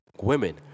women